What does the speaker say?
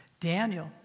Daniel